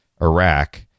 Iraq